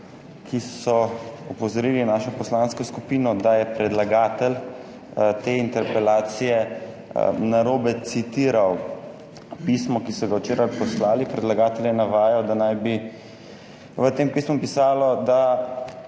ki sta opozorili našo poslansko skupino, da je predlagatelj te interpelacije narobe citiral pismo, ki so ga včeraj poslali. Predlagatelj je navajal, da naj bi v tem pismu pisalo,